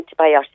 antibiotic